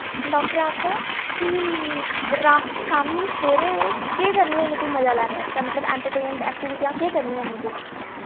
डाक्टरै आखेआ कि रा शामीं सवेरे केह् करनी होन्नी तू मजा लैने आस्तै मतलब एंटरटेन्ड एक्टिविटियां केह् करनी होन्नी तू